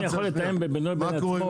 אבל אם הוא יכול לתאם בינו לבין עצמו,